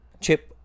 Chip